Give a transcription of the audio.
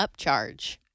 upcharge